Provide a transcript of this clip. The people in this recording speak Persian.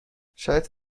شاید